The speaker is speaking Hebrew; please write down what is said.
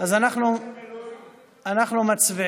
של תקנות שעת חירום (נגיף הקורונה החדש, אכיפה),